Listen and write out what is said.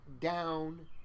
down